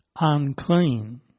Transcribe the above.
unclean